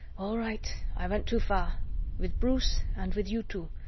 all right, i went too far with bruce and with you too.